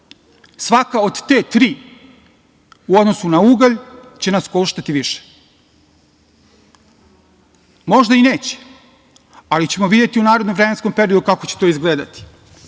gas. Svaka od te tri u odnosu na ugalj će nas koštati više, možda i neće, ali ćemo videti u narednom vremenskom periodu kako će to izgledati